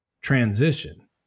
transition